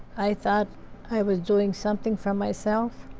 i thought i was doing something for myself.